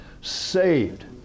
saved